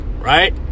right